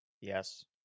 Yes